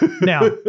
Now